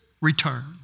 return